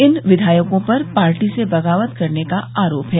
इन विधायकों पर पार्टी से बगावत करने का आरोप है